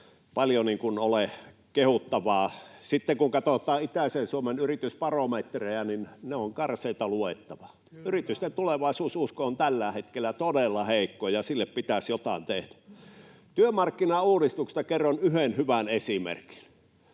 paljon ole kehuttavaa. Sitten kun katsotaan itäisen Suomen yritysbarometrejä, niin ne ovat karseata luettavaa. Yritysten tulevaisuususko on tällä hetkellä todella heikkoa, ja sille pitäisi jotain tehdä. Työmarkkinauudistuksesta kerron yhden hyvän esimerkin.